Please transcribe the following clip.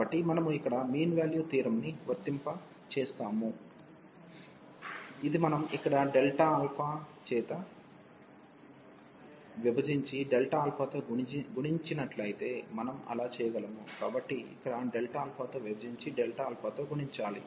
కాబట్టి మనము ఇక్కడ మీన్ వాల్యూ థియోరమ్ ని వర్తింపజేస్తాము ఇది మనం ఇక్కడ చేత విభజించి తో గుణించినట్లయితే మనం అలా చేయగలము కాబట్టి ఇక్కడ తో విభజించి తో గుణించాలి